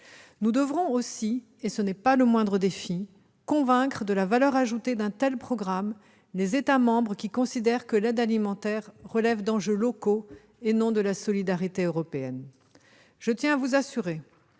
Nous devrons aussi- ce n'est pas le moindre défi -convaincre de la valeur ajoutée d'un tel programme les États membres qui considèrent que l'aide alimentaire relève d'enjeux locaux et non de la solidarité européenne. Je tiens à vous assurer